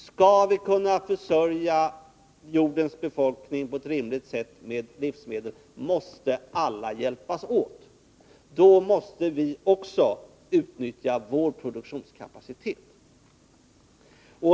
Skall vi kunna försörja jordens befolkning med livsmedel på ett rimligt sätt, måste alla hjälpas åt. Då måste vi också utnyttja vår produktionskapacitet.